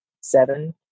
seven